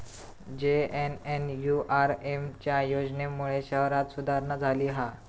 JNNURM च्या योजनेमुळे शहरांत सुधारणा झाली हा